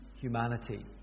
humanity